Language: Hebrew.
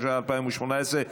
התשע"ח 2018,